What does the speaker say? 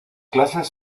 clases